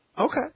Okay